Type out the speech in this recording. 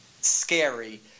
scary –